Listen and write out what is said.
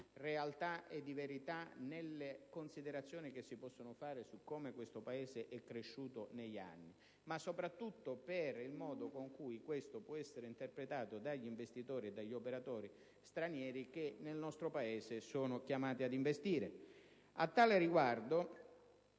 realtà e verità nelle considerazioni che si possono fare su come questo Paese è cresciuto negli anni, quanto soprattutto per il modo con cui tale quadro può essere interpretato dagli operatori stranieri che nel nostro Paese sono chiamati ad investire. [**Presidenza